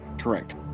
Correct